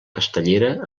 castellera